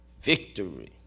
victory